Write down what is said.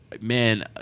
man